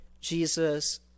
Jesus